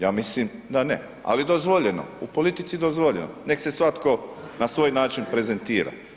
Ja mislim da ne, ali je dozvoljeno, u politici je dozvoljeno, nek se svatko na svoj način prezentira.